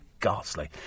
Ghastly